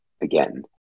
again